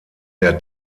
der